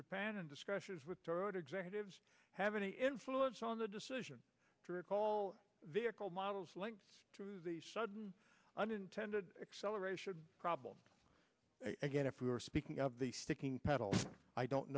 japan and discussions with toyota executives have any influence on the decision to recall vehicle models linked to the sudden unintended acceleration problem again if we were speaking of the sticking pedal i don't